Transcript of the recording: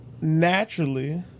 naturally